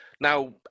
Now